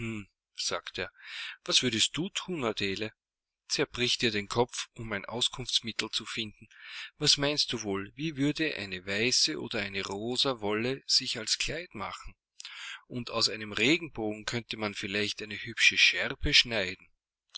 sagte er was würdest du thun adele zerbrich dir den kopf um ein auskunftsmittel zu finden was meinst du wohl wie würde eine weiße oder eine rosa wolke sich als kleid machen und aus einem regenbogen könnte man vielleicht eine hübsche schärpe schneiden